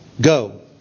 go